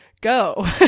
Go